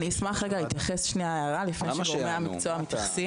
למה שיענו, מה אתה?